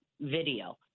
video